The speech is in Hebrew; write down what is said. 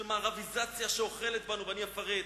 של מערביזציה שאוכלת בנו, ואני אפרט.